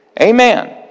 Amen